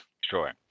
Sure